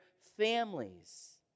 families